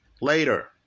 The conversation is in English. later